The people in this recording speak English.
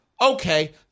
Okay